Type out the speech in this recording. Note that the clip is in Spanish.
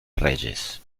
reyes